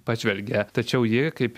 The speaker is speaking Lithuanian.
pažvelgia tačiau ji kaip